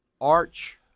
Arch